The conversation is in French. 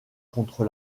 contre